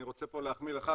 אני רוצה פה להחמיא לך,